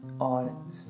on